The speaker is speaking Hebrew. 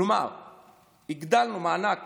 כלומר הגדלנו מענק